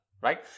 right